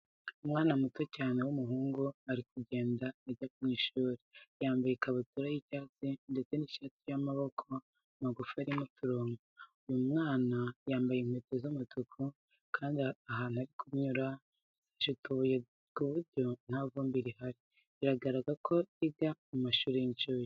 Umwana muto cyane w'umuhungu uri kugenda ajya mu ishuri, yambaye ikabutura y'icyatsi ndetse n'ishati y'amaboko magufi irimo uturongo. Uyu mwana yambaye inkweto z'umutuku kandi ahantu ari kunyura hasashe utubuye ku buryo nta vumbi rihari. Biragaragara ko yiga mu mashuri y'inshuke.